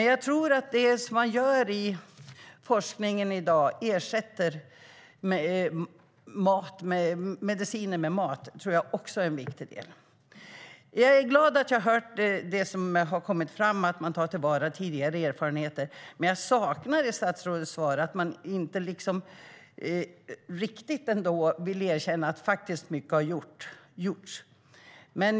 Jag tror också att det man gör i forskningen i dag när man ersätter mediciner med mat är en viktig del. Jag är glad att jag har fått höra det som kommer fram om att man tar till vara tidigare erfarenheter, men jag saknar i statsrådets svar ett riktigt erkännande av att mycket har gjorts.